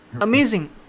amazing